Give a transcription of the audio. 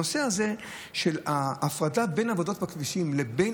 הנושא הזה של הפרדה בין עבודות בכבישים לבין